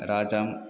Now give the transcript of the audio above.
राजा